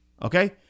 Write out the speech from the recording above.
Okay